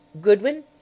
Goodwin